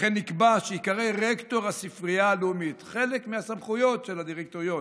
וכן נקבע שייקרא "רקטור הספרייה הלאומית" חלק מהסמכויות של הדירקטוריון,